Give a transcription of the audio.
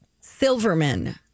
Silverman